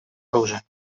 оружия